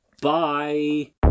Bye